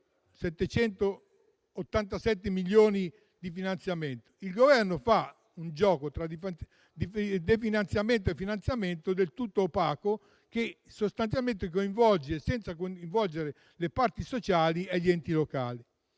787 milioni di finanziamento. Il Governo fa un gioco del tutto opaco, tra definanziamento e finanziamento, che sostanzialmente coinvolge senza coinvolgere le parti sociali e gli enti locali,